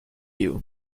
you